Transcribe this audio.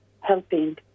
helping